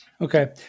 Okay